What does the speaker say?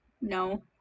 No